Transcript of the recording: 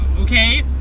okay